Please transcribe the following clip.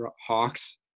Hawks